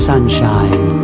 sunshine